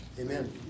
Amen